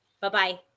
Bye-bye